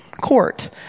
court